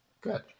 Good